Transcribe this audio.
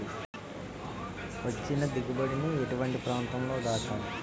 వచ్చిన దిగుబడి ని ఎటువంటి ప్రాంతం లో దాచాలి?